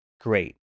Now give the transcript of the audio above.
great